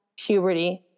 puberty